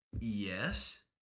yes